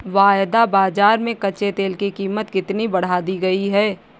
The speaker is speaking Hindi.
वायदा बाजार में कच्चे तेल की कीमत कितनी बढ़ा दी गई है?